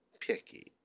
picky